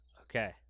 Okay